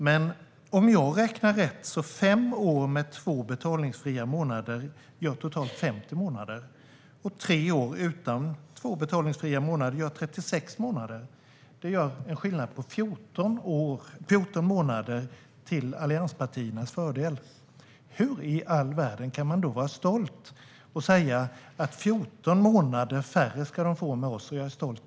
Men om jag räknar rätt så blir fem år med två betalningsfria månader totalt 50 månader medan tre år utan två betalningsfria månader blir 36 månader. Det är en skillnad på 14 månader till allianspartiernas fördel. Hur i all världen kan du vara stolt över att de får 14 månader mer med er, Emma Hult?